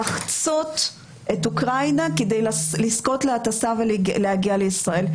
לחצות את אוקראינה כדי לזכות להטסה ולהגיע לישראל.